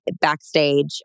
backstage